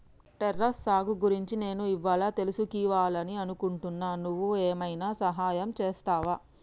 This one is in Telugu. టెర్రస్ సాగు గురించి నేను ఇవ్వాళా తెలుసుకివాలని అనుకుంటున్నా నువ్వు ఏమైనా సహాయం చేస్తావా